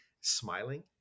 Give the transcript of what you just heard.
smiling